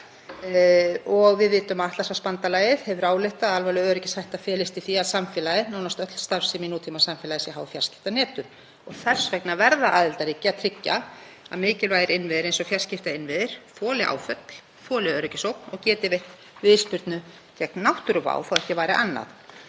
Við vitum að Atlantshafsbandalagið hefur ályktað að alvarleg öryggishætta felist í því að nánast öll starfsemi í nútímasamfélagi sé háð fjarskiptanetum. Þess vegna verða aðildarríki að tryggja að mikilvægir innviðir eins og fjarskiptainnviðir þoli áföll, þoli öryggisógn og geti veitt viðspyrnu gegn náttúruvá þó ekki væri annað.